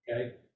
Okay